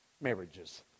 marriages